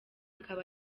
akaba